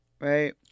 right